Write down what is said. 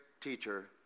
teacher